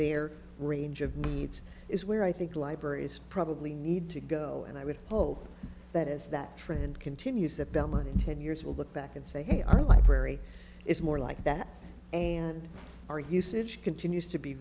their range of needs is where i think libraries probably need to go and i would hope that as that trend continues the bellman in ten years will look back and say hey our library is more like that and our usage continues to be